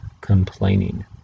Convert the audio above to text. complaining